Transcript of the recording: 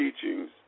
teachings